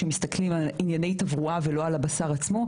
כשמסתכלים על ענייני תברואה ולא על הבשר עצמו,